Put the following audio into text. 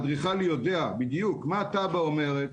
האדריכל יודע בדיוק מה התב"ע אומרת,